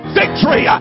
victory